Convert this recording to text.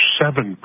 seven